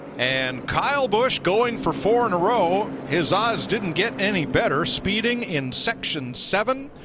and kyle busch going for four in a row, his adds didn't get any better speeding in section seven,